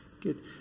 good